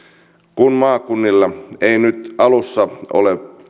kun maakunnilla ei nyt alussa ole